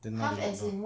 then now they lock down